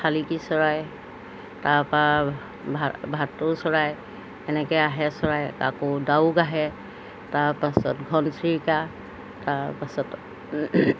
শালিকি চৰাই তাৰপৰা ভাটৌ চৰাই এনেকৈ আহে চৰাই আকৌ ডাউক আহে তাৰপাছত ঘনচিৰিকা তাৰপাছত